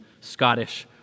Scottish